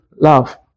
love